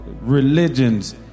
religions